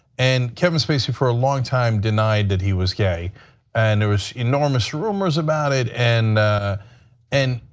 and kevin spacey, for a long time denied that he was gay and there was enormous rumors about it and and